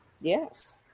Yes